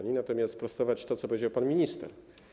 Natomiast chcę sprostować to, co powiedział pan minister.